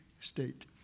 state